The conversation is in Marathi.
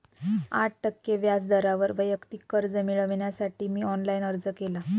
आठ टक्के व्याज दरावर वैयक्तिक कर्ज मिळविण्यासाठी मी ऑनलाइन अर्ज केला